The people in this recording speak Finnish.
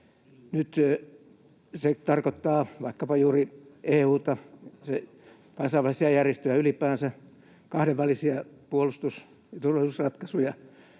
Nyt se tarkoittaa vaikkapa juuri EU:ta, kansainvälisiä järjestöjä ylipäänsä, kahdenvälisiä puolustus- ja turvallisuusratkaisuja